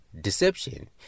Deception